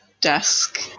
desk